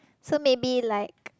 so maybe like